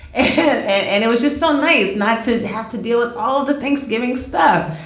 and and and it was just so nice not to have to deal with all the thanksgiving stuff.